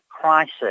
crisis